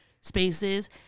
spaces